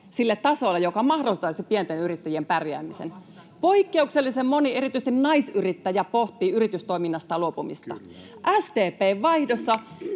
sille tasolle, joka mahdollistaisi pienten yrittäjien pärjäämisen. Poikkeuksellisen moni, erityisesti naisyrittäjä, pohtii yritystoiminnastaan luopumista. [Puhemies: